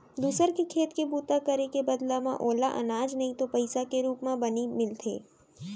दूसर के खेत के बूता करे के बदला म ओला अनाज नइ तो पइसा के रूप म बनी मिलथे